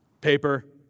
paper